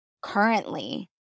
currently